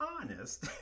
honest